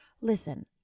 Listen